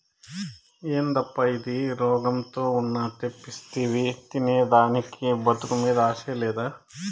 యేదప్పా ఇది, రోగంతో ఉన్న తెప్పిస్తివి తినేదానికి బతుకు మీద ఆశ లేదా